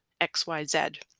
XYZ